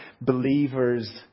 believers